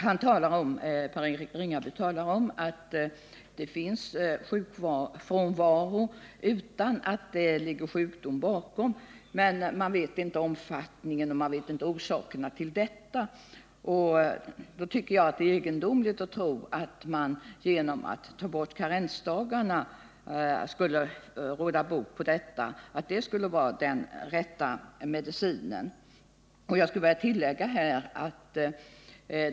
Han sade att det förekommer sjukskrivning utan att den är föranledd av sjukdom, men man vet inte omfattningen och orsakerna. Då tycker jag det är egendomligt att tro att man genom att införa karensdagar skulle kunna råda bot på detta missförhållande och att det skulle vara den rätta medicinen.